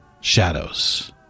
shadows